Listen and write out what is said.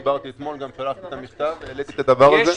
דיברתי אתמול וגם שלחתי מכתב והעליתי את הדבר הזה.